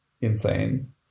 insane